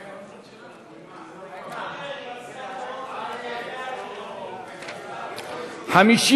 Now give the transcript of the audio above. פיתוח המשרד לביטחון פנים,